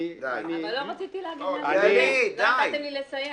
אבל לא רציתי להגיד --- לא נתתם לי לסיים.